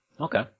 Okay